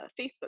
Facebook